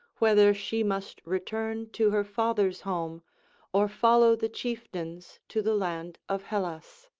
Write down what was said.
whether she must return to her father's home or follow the chieftains to the land of hellas.